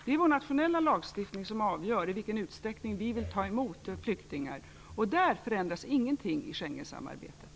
Det är vår nationella lagstiftning som avgör i vilken utsträckning vi vill ta emot flyktingar, och därvidlag förändras ingenting genom Schengensamarbetet.